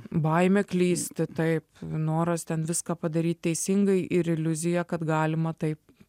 baimė klysti taip noras ten viską padaryt teisingai ir iliuzija kad galima taip